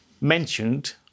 mentioned